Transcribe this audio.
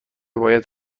باید